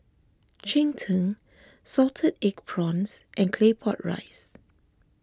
Cheng Tng Salted Egg Prawns and Claypot Rice